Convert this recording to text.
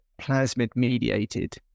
plasmid-mediated